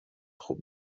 خوب